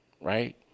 right